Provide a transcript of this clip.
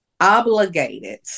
obligated